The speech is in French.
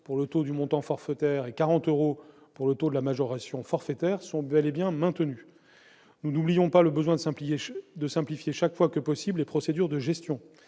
pour le taux du montant forfaitaire et 40 euros pour le taux de la majoration forfaitaire, sont maintenus. Nous n'oublions pas le besoin de simplifier chaque fois que possible les procédures de gestion,